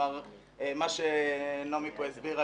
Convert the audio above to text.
כלומר מה שנעמי הסבירה,